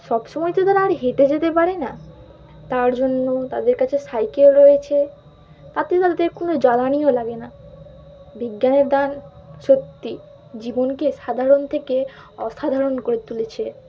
সব সমময় তো তারা আর হেঁটে যেতে পারে না তার জন্য তাদের কাছে সাইকেল রয়েছে তাতে তাদের কোনো জ্বালানিও লাগে না বিজ্ঞানের দান সত্যি জীবনকে সাধারণ থেকে অসাধারণ করে তুলেছে